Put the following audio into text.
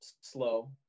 slow